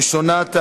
ראשונת המציעות,